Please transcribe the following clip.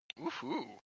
Woohoo